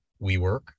WeWork